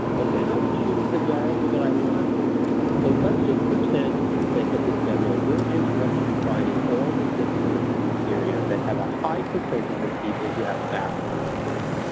and then i would choose a variable that i want to filter on. so, let's just pretend, for the sake of this demo, we're interested in finding all the zip codes in this area that have a high percentage of people who have a bachelor's degree.